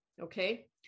Okay